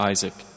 Isaac